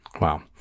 Wow